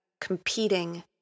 competing